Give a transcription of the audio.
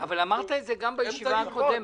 אבל אמרת את זה גם בישיבה הקודמת.